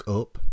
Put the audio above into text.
up